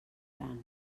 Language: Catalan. gran